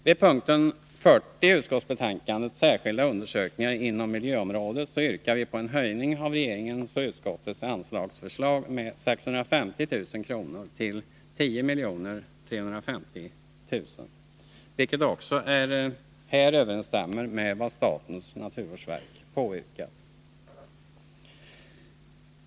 Vid punkt 40 i utskottsbetänkandet, Särskilda undersökningar inom miljöområdet, yrkar vi på en höjning utöver vad regeringen och utskottet föreslagit med 650 000 kr. till 10 350 000 kr., vilket också överensstämmer med vad statens naturvårdsverk har äskat.